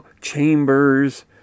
chambers